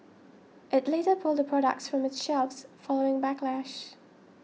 it later pulled the products from its shelves following backlash